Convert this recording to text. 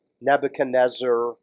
Nebuchadnezzar